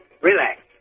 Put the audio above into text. Relax